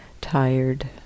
tired